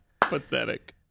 Pathetic